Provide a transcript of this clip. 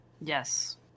Yes